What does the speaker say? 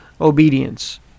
Obedience